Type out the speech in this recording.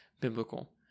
biblical